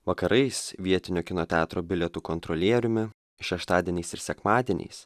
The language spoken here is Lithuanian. vakarais vietinio kino teatro bilietų kontrolieriumi šeštadieniais ir sekmadieniais